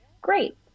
Great